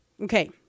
okay